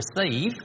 receive